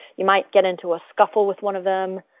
you might get into a scuffle with one of them,